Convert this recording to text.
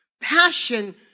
Passion